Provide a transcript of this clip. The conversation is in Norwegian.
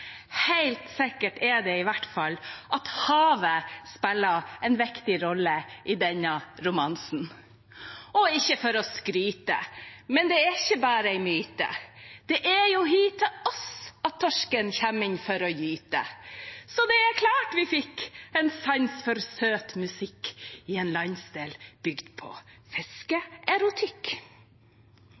Helt sikkert er det i hvert fall at havet spiller en viktig rolle i denne romansen. Og ikke for å skryte, men det er ikke bare en myte: Det er jo hit til oss at torsken kommer inn for å gyte. Så det er klart vi fikk en sans for søt musikk i en landsdel bygd på